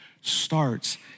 starts